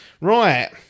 Right